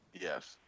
Yes